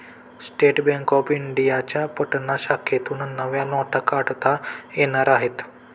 state bank of इंडियाच्या पटना शाखेतून नव्या नोटा काढता येणार आहेत